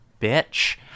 bitch